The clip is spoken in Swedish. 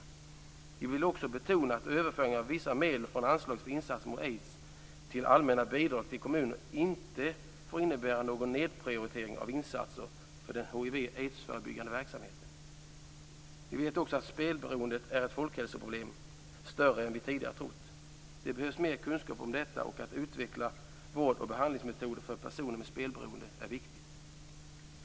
Vi vill också betona att överföring av vissa medel från anslaget för insatser mot aids till allmänna bidrag till kommuner inte får innebära någon nedprioritering av insatserna för den hiv/aidsförebyggande verksamheten. Vi vet också att spelberoendet är ett folkhälsoproblem som är större än vi tidigare trott. Det behövs mer kunskap om detta. Att utveckla vård och behandlingsmetoder för personer med spelberoende är viktigt.